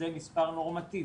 זה מספר נורמטיבי.